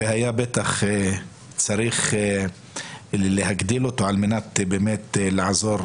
והיה בטח צריך להגדיל אותו על מנת באמת לעזור